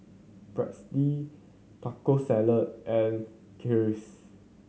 Pretzel Taco Salad and Kheers